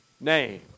name